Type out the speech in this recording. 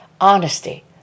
Honesty